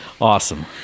Awesome